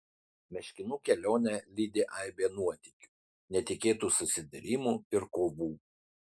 meškinų kelionę lydi aibė nuotykių netikėtų susidūrimų ir kovų